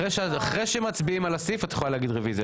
אחרי שמצביעים על הסעיף את יכולה להגיד רביזיה,